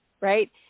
right